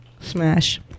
Smash